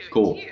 Cool